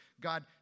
God